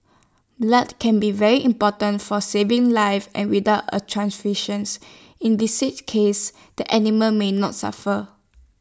blood can be very important for saving lives and without A transfusions in cases the animal may not suffer